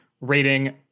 rating